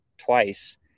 twice